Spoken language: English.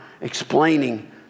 explaining